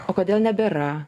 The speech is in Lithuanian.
o kodėl nebėra